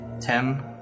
Ten